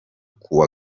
kuwa